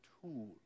tool